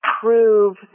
prove